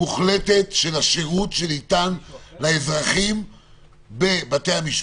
מוחלטת של השירות שניתן לאזרחים בבתי-המשפט,